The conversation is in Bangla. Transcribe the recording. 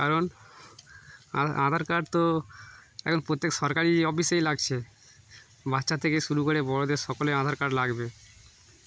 কারণ আধার কার্ড তো এখন প্রত্যেক সরকারি অফিসেই লাগছে বাচ্চা থেকে শুরু করে বড়দের সকলেই আধার কার্ড লাগবে